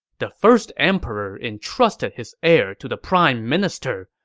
the first emperor entrusted his heir to the prime minister,